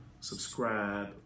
subscribe